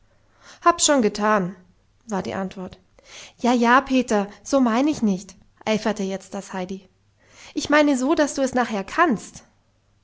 hab's schon getan war die antwort ja ja peter so mein ich nicht eiferte jetzt das heidi ich meine so daß du es nachher kannst